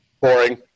Boring